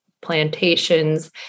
plantations